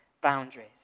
boundaries